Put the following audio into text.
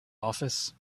office